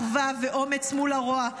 אחווה ואומץ מול הרוע.